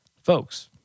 Folks